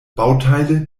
bauteile